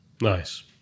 Nice